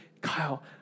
Kyle